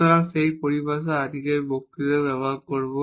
সুতরাং সেই পরিভাষা আমরা আজকের বক্তৃতায় ব্যবহার করব